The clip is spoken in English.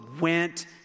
went